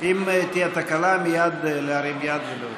אם תהיה תקלה, מייד להרים יד.